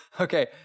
Okay